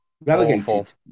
relegated